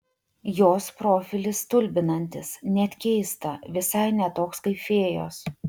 jos profilis stulbinantis net keista visai ne toks kaip fėjos